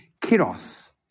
kiros